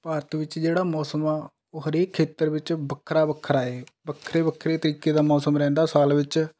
ਭਾਰਤ ਵਿੱਚ ਜਿਹੜਾ ਮੌਸਮ ਹੈ ਉਹ ਹਰੇਕ ਖੇਤਰ ਵਿੱਚ ਵੱਖਰਾ ਵੱਖਰਾ ਹੈ ਵੱਖਰੇ ਵੱਖਰੇ ਤਰੀਕੇ ਦਾ ਮੌਸਮ ਰਹਿੰਦਾ ਸਾਲ ਵਿੱਚ